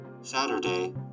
Saturday